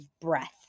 breath